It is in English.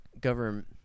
government